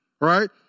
Right